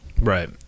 right